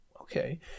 Okay